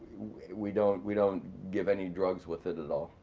we don't we don't give any drugs with it at all.